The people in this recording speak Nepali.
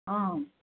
अँ